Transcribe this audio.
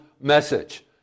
message